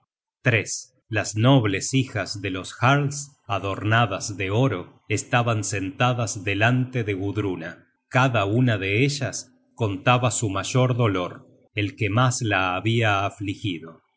morir las nobles hijas de los jarls adornadas de oro estaban sentadas delante de gudruna cada una de ellas contaba su mayor dolor el que mas la habia afligido